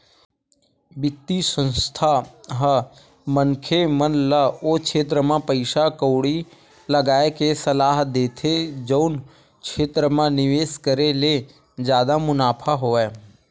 बित्तीय संस्था ह मनखे मन ल ओ छेत्र म पइसा कउड़ी लगाय के सलाह देथे जउन क्षेत्र म निवेस करे ले जादा मुनाफा होवय